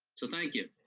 so thank you.